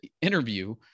interview